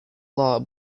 law